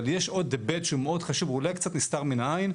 אבל יש עוד היבט שהוא מאוד חשוב ואולי קצת נסתר מן העניין,